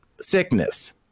sickness